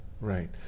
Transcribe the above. Right